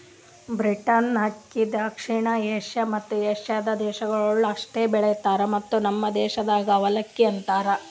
beaten ಅಕ್ಕಿ ದಕ್ಷಿಣ Asia ಮತ್ತ ಏಷ್ಯಾದ ದೇಶಗೊಳ್ದಾಗ್ ಅಷ್ಟೆ ಬೆಳಿತಾರ್ ಮತ್ತ ನಮ್ ದೇಶದಾಗ್ ಅವಲಕ್ಕಿ ಅಂತರ್